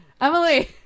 Emily